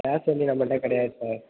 case welding நம்மள்ட்ட கிடையாது sir